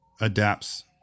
adapts